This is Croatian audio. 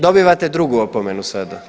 Dobivate drugu opomenu sada.